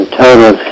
total